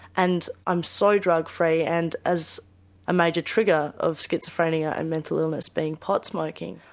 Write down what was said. and i'm so drug free, and as a major trigger of schizophrenia and mental illness being pot smoking,